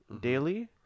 daily